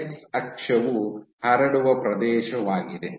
X ಅಕ್ಷವು ಹರಡುವ ಪ್ರದೇಶವಾಗಿದೆ